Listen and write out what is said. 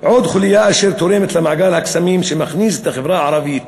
עוד חוליה אשר תורמת למעגל הקסמים שמכניס את החברה הערבית